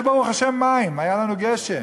יש, ברוך השם, מים, היה לנו גשם.